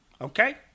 Okay